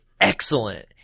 excellent